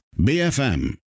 BFM